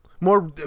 More